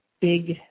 big